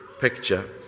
picture